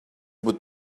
would